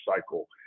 cycle